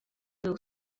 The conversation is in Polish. był